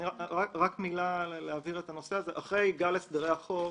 אחרי גל הסדרי החוב,